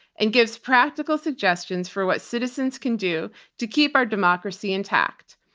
and gives practical suggestions for what citizens can do to keep our democracy intact.